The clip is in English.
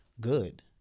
good